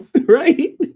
Right